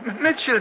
Mitchell